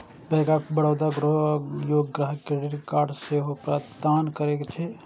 bank of Baroda योग्य ग्राहक कें क्रेडिट कार्ड सेहो प्रदान करै छै